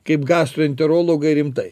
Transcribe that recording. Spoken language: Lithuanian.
kaip gastroenterologai rimtai